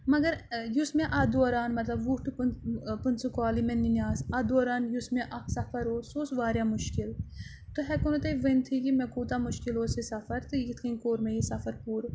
مگر یُس مےٚ اَتھ دوران مطلب وُہ ٹُہ پہٕ پٕنٛژٕ کالہٕ یِم مےٚ نِنہِ آسان اَتھ دوران یُس مےٚ اَکھ سفر اوس سُہ اوس واریاہ مُشکِل تہٕ ہٮ۪کو نہٕ تۄہہِ ؤنۍتھٕے کہِ مےٚ کوٗتاہ مُشکِل اوس یہِ سَفَر تہٕ یِتھ کٔنۍ کوٚر مےٚ یہِ سَفَر پوٗرٕ